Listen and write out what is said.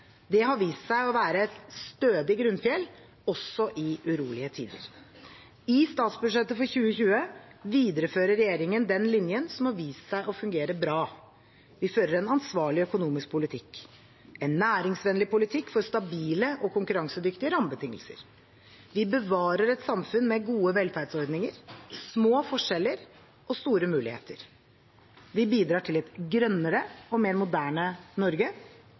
Det har vist seg å være et stødig grunnfjell også i urolige tider. I statsbudsjettet for 2020 viderefører regjeringen den linjen som har vist seg å fungere bra. Vi fører en ansvarlig økonomisk politikk og en næringsvennlig politikk for stabile og konkurransedyktige rammebetingelser. Vi bevarer et samfunn med gode velferdsordninger, små forskjeller og store muligheter. Vi bidrar til et grønnere og mer moderne Norge,